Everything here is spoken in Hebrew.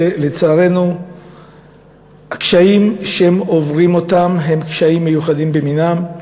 לצערנו הקשיים שהוא עובר הם קשיים מיוחדים במינם,